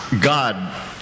God